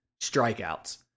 strikeouts